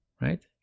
Right